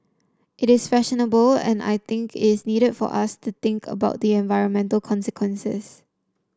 it is fashionable and I think it's needed for us to think about the environmental consequences